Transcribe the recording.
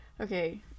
okay